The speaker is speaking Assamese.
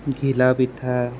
ঘিলাপিঠা